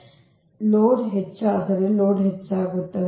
ಆದ್ದರಿಂದ ಲೋಡ್ ಹೆಚ್ಚಾದರೆ ಲೋಡ್ ಹೆಚ್ಚಾಗುತ್ತದೆ